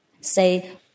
say